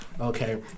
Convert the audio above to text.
Okay